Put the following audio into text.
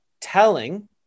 telling